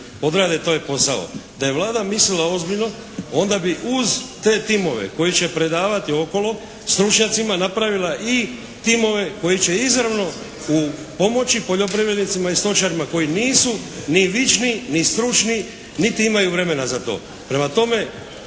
Da je Vlada mislila ozbiljno onda bi uz te timove koji će predavati okolo stručnjacima, napravila i timove koji će izravno u pomoći poljoprivrednicima i stočarima koji nisu ni vični ni stručni niti imaju vremena za to. Prema tome